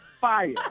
fire